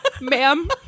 Ma'am